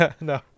No